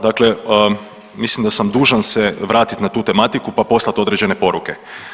Dakle, mislim da sam dužan se vratiti na tu tematiku pa poslat određene poruke.